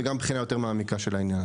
וגם בחינה יותר מעמיקה של העניין.